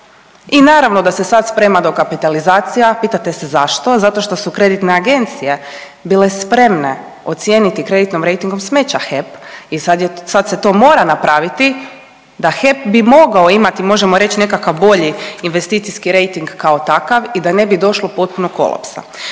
i naravno da se sad sprema dokapitalizacija, pitate se zašto? Zato što su kreditne agencije bile spremne ocijeniti kreditnom rejtingom smeća HEP i sad je, sad se to mora napraviti da HEP bi mogao imati možemo reć nekakav bolji investicijski rejting kao takav i da ne bi došlo do potpunog kolapsa.